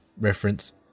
reference